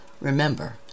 Remember